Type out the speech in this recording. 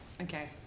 Okay